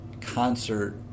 concert